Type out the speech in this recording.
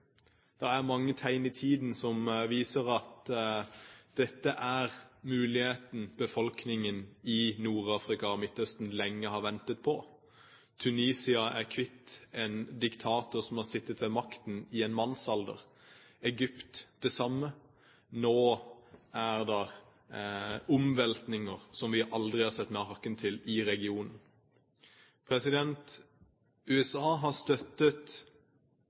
er mange tegn i tiden som viser at dette er muligheten befolkningen i Nord-Afrika og Midtøsten lenge har ventet på. Tunisia er kvitt en diktator som har sittet ved makten i en mannsalder, Egypt det samme. Nå er det omveltninger som vi aldri har sett maken til i regionen. USA har støttet